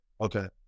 Okay